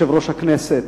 יושב-ראש הכנסת,